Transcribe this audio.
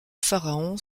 pharaon